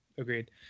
Agreed